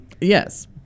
Yes